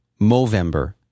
Movember